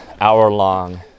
hour-long